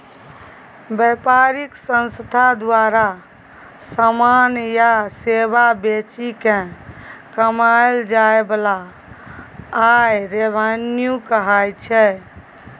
बेपारिक संस्था द्वारा समान या सेबा बेचि केँ कमाएल जाइ बला आय रेवेन्यू कहाइ छै